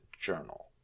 journal